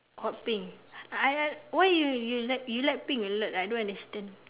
hot pink I'll why you you like you like pink a lot ah I don't understand